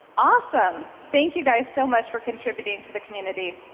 awesome. thank you, guys, so much for contributing to the community.